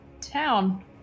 town